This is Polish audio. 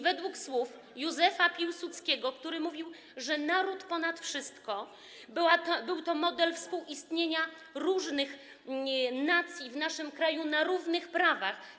Według słów Józefa Piłsudskiego, który mówił: naród ponad wszystko, był to model współistnienia różnych nacji w naszym kraju na równych prawach.